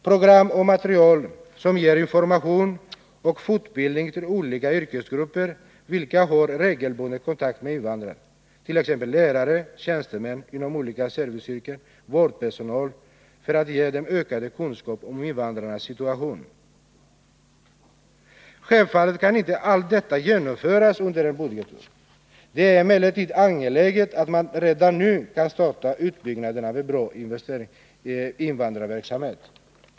Program och material som ger information och fortbildning till olika yrkesgrupper vilka har regelbunden kontakt med invandrare, t.ex. lärare, tjänstemän inom olika serviceyrken och vårdpersonal, för att ge dem ökad kunskap om invandrarnas situation. Självfallet kan inte allt detta genomföras under ett budgetår. Det är emellertid angeläget att man redan nu kan starta uppbyggnaden av en bra invandrarverksamhet.